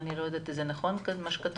אני עורכת דין במחלקה